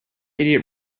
idiot